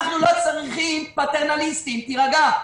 אנחנו לא צריכים פטרנליסטיים, תירגע.